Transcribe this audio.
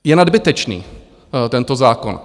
Je nadbytečný tento zákon.